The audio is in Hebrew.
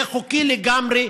זה חוקי לגמרי.